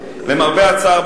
למרבה הצער,